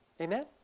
Amen